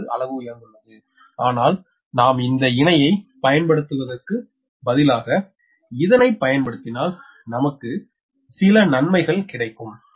4 அளவு உயர்ந்துள்ளது ஆனால் நாம் இந்த இணையை பயன்படுத்துவதற்கு பதிலாக இதனை பயன்படுத்தினால் நமக்கு சில நன்மைகள் கிடைக்கும்